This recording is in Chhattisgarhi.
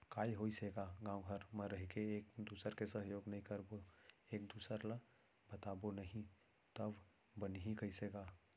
काय होइस हे गा गाँव घर म रहिके एक दूसर के सहयोग नइ करबो एक दूसर ल बताबो नही तव बनही कइसे गा